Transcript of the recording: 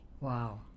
Wow